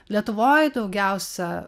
lietuvoj daugiausia